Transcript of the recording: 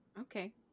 Okay